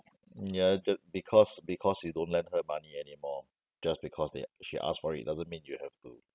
hmm ya ju~ because because you don't lend her money anymore just because they she asked for it it doesn't mean you have to